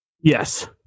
Yes